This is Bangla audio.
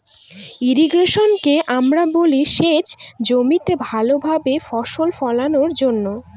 ইর্রিগেশনকে আমরা বলি সেচ জমিতে ভালো ভাবে ফসল ফোলানোর জন্য